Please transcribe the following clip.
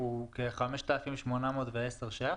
הוא כ-5,810 שקלים.